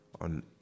on